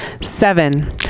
Seven